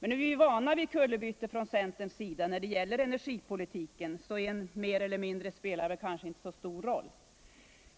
Nu är vi ju vana vid kullerbyttor från centerns sida när det gäller energipolitiken, så en mer eller mindre spelar inte så stor roll.